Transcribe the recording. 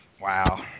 wow